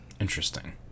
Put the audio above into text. Interesting